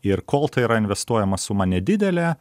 ir kol tai yra investuojama suma nedidelė